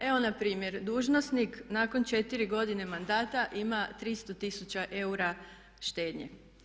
Evo na primjer, dužnosnik nakon 4 godine mandata ima 300 tisuća eura štednje.